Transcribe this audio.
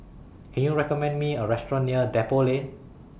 Can YOU recommend Me A Restaurant near Depot Lane